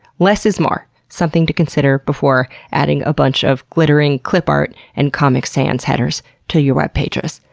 less is more. something to consider before adding a bunch of glittering clip art and comic sans headers to your webpages.